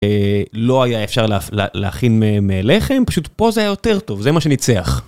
לא היה אפשר להכין מהם לחם, פשוט פה זה היה יותר טוב, זה מה שניצח.